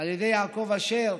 ויעקב אשר,